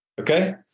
Okay